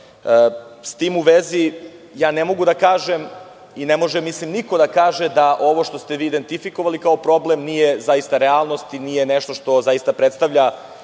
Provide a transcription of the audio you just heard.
S tim u vezi, ja ne mogu da kažem i ne može niko da kaže da ovo što ste vi identifikovali kao problem nije zaista realnost i nije nešto što zaista predstavlja